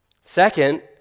Second